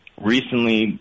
recently